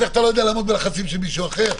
אתה לא יודע לעמוד בלחצים של מישהו אחר?